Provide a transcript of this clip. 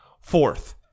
Fourth